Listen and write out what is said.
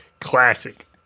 Classic